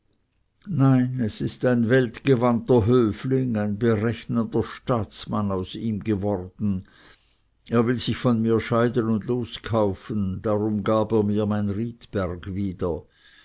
nein es ist ein weltgewandter höfling ein berechnender staatsmann aus ihm geworden er will sich von mir scheiden und loskaufen darum gab er mir mein riedberg wieder